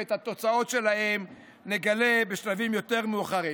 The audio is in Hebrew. ואת התוצאות שלהם נגלה בשלבים יותר מאוחרים.